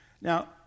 Now